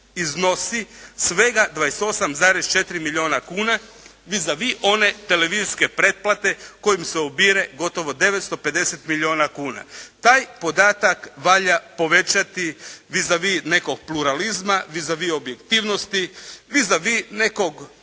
iznosi svega 28,4 milijuna kuna vis a vis one televizijske pretplate kojim se ubire gotovo 950 milijuna kuna. Taj podatak valja povećati vis a vis nekog pluralizma, vis a vis objektivnosti, vis a vis nekog